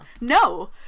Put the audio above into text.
No